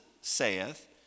saith